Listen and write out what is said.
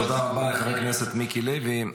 תודה רבה לחבר הכנסת מיקי לוי.